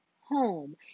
home